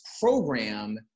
program